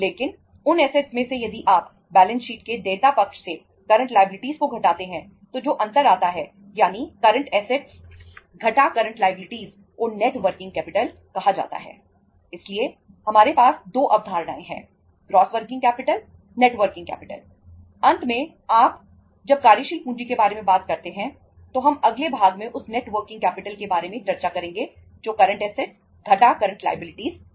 लेकिन उन ऐसेटस है